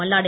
Malladi